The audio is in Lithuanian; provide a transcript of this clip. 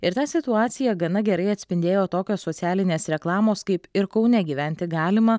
ir tą situaciją gana gerai atspindėjo tokios socialinės reklamos kaip ir kaune gyventi galima